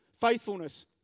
faithfulness